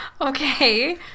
Okay